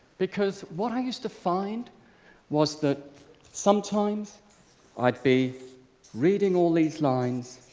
because what i used to find was that sometimes i'd be reading all these lines